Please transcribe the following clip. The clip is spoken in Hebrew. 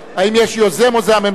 האם יש יוזם, או זה של הממשלה?